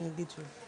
אני אגיד שוב,